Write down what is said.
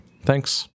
Thanks